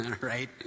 right